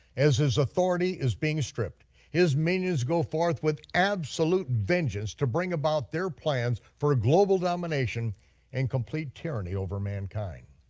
as his authority is being stripped, his minions go forth with absolute vengeance to bring about their plans for global domination and complete tyranny over mankind.